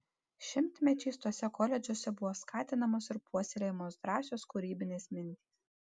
šimtmečiais tuose koledžuose buvo skatinamos ir puoselėjamos drąsios kūrybinės mintys